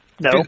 No